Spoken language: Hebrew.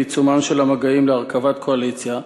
בעיצומם של המגעים להרכבת קואליציה,